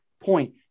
point